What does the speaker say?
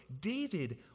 David